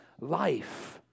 life